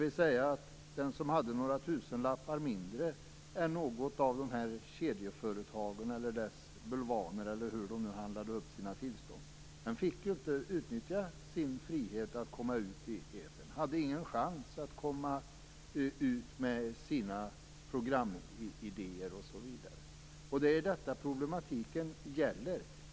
Det betyder att den som hade några tusenlappar mindre än något av kedjeföretagen, deras bulvaner eller hur de nu handlar upp sina tillstånd, inte fick utnyttja sin frihet att komma ut i etern och inte hade någon chans att nå ut med sina programidéer, osv. Detta är vad problematiken handlar om.